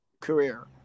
career